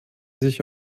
sich